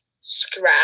strap